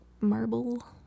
marble